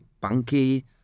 punky